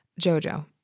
Jojo